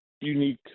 unique